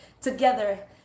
together